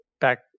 back